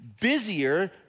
busier